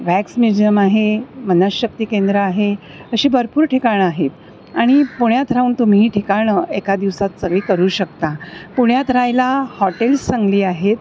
vax museum आहे मनशक्ती केंद्र आहे अशी भरपूर ठिकाणं आहेत आणि पुण्यात राहून तुम्ही ठिकाणं एका दिवसात सगळी करू शकता पुण्यात राहायला हॉटेल्स चांगली आहेत